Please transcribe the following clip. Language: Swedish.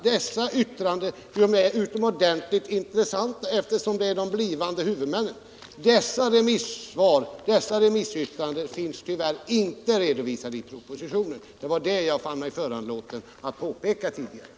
Dessa yttranden är utomordentligt intressanta på grund av att de gjorts av de blivande huvudmännen, men de yttrandena finns tyvärr inte redovisade i propositionen. Det var detta jag fann mig föranlåten att påpeka tidigare.